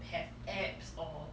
have abs or